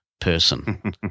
person